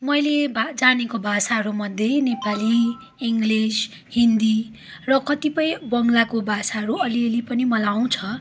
मैले भा जानेको भाषाहरूमध्ये नेपाली इङ्गलिस हिन्दी र कतिपय बङ्गलाको भाषाहरू अलिअलि पनि मलाई आउँछ